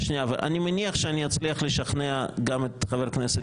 אני מניח שאני אצליח לשכנע גם את חבר הכנסת טיבי.